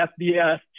FBS